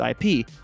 IP